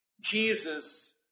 Jesus